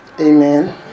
Amen